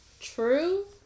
True